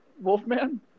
Wolfman